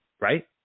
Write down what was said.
right